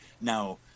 Now